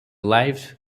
life